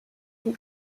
die